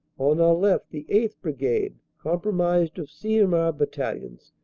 on our left the eighth. brigade, comprised of c m r. battalions,